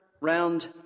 round